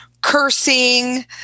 cursing